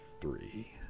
three